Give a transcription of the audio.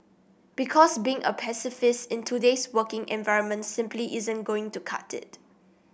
because being a pacifist in today's working environment simply isn't going to cut it